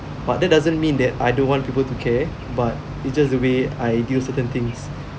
but that doesn't mean that I don't want people to care but it's just the way I deal certain things